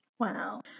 Wow